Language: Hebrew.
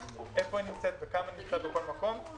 איפה היא נמצאת וכמה נמצאים בכל מקום.